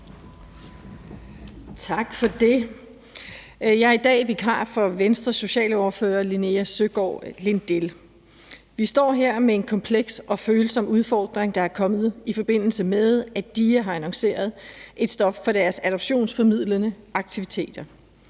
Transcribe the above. Tak for det. Jeg er i dag vikar for Venstres socialordfører, Linea Søgaard-Lidell. Vi står her med en kompleks og følsom udfordring, der er kommet, i forbindelse med at DIA har annonceret et stop for deres adoptionsformidlende aktiviteter.